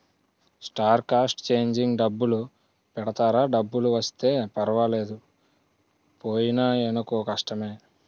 star cast changing డబ్బులు పెడతారా డబ్బులు వస్తే పర్వాలేదు పోయినాయనుకో కష్టమే